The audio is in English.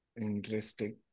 Interesting